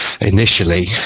initially